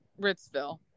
Ritzville